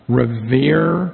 revere